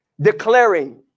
declaring